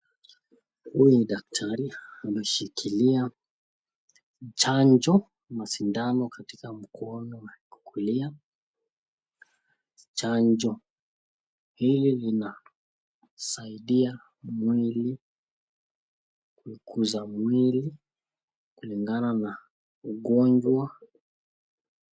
Huyu ni daktari, ameshikilia chanjo na sindano katika mkono wa kulia. Chanjo hili linasaidia mwili kukuza mwili kulingana na ugonjwa.